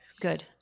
Good